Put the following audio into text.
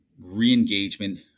re-engagement